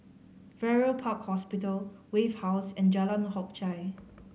Farrer Park Hospital Wave House and Jalan Hock Chye